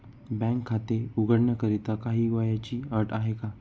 बँकेत खाते उघडण्याकरिता काही वयाची अट आहे का?